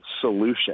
solution